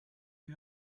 you